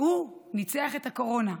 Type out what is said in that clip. שהוא ניצח את הקורונה,